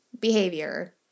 behavior